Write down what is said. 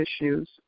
issues